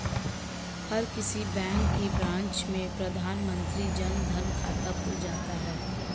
हर किसी बैंक की ब्रांच में प्रधानमंत्री जन धन खाता खुल जाता है